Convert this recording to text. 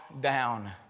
down